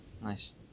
Nice